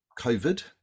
COVID